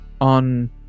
On